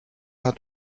hat